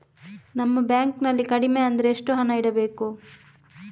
ನಮ್ಮ ಬ್ಯಾಂಕ್ ನಲ್ಲಿ ಕಡಿಮೆ ಅಂದ್ರೆ ಎಷ್ಟು ಹಣ ಇಡಬೇಕು?